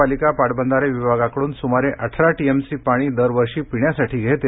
महापालिका पाटबंधारे विभागाकडून सुमारे अठरा टीएमसी पाणी दर वर्षी पिण्यासाठी घेते